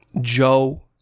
joe